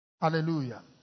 Hallelujah